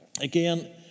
Again